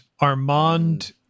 Armand